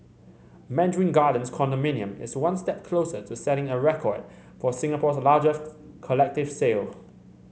Mandarin Gardens condominium is one step closer to setting a record for Singapore's largest collective sale